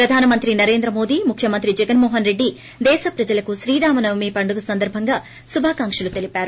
ప్రధానమంత్రి నరేంద్ర మోడీ ముఖ్యమంత్రి జగన్మోహన్ రెడ్డి దేశ ప్రజలకు శ్రీరామ నవమి పండుగ సందర్బంగా శుభాకాంక్షలు తెలియజేశారు